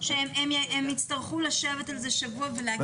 הם יצטרכו לשבת על זה השבוע ולהגיע להסדר מול האוניברסיטה.